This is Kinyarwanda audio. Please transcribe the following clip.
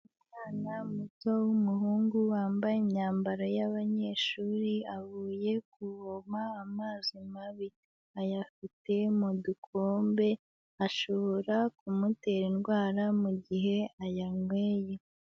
Umwana muto w'umuhungu wambaye imyambaro y'abanyeshuri avuye kuvoma amazi mabi, ayafite mu gikombe, ashobora kumutera indwara mu gihe ayanyweye.